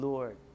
Lord